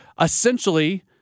essentially